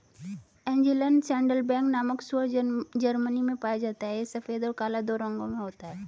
Angeln saddleback नामक सूअर Germany में पाया जाता है यह सफेद और काला दो रंगों में होता है